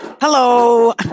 Hello